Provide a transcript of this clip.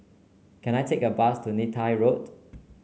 can I take a bus to Neythai Road